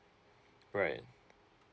right